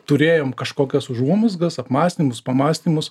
turėjom kažkokias užuomazgas apmąstymus pamąstymus